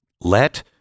Let